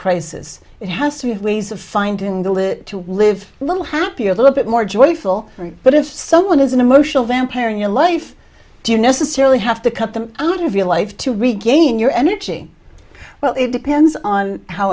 crisis it has to have ways of finding the lid to live a little happier a little bit more joyful but if someone is an emotional vampire in your life do you necessarily have to cut them out of your life to regain your energy well it depends on how